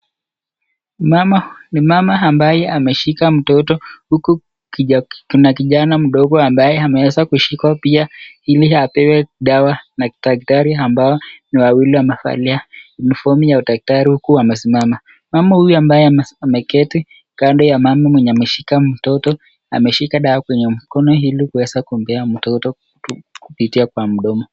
Mama ameshika mtoto huku kuna kijana mdogo anapewa chanjo na daktari ambaye amevalia sare za daktari. Mama huyu ambaye ameketi ameshika dawa kwenye mkono ili aweze kumpea mtoto kupitia kwenye mdomo.